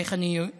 איך אני יודע?